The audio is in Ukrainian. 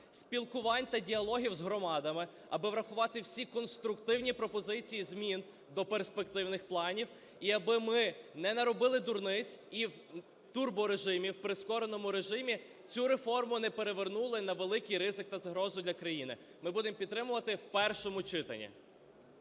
спілкувань та діалогів з громадами, аби врахувати всі конструктивні пропозиції змін до перспективних планів, і аби ми не наробили дурниць і в турборежимі, в прискореному режимі, цю реформу не перевернули на великий ризик та загрозу для країни. Ми будемо підтримувати в першому читанні.